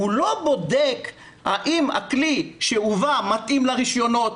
הוא לא בודק האם הכלי שהובא מתאים לרישיונות,